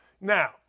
Now